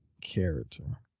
character